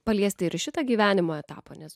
paliesti ir šitą gyvenimo etapą nes